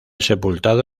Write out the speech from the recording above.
sepultado